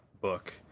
book